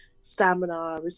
stamina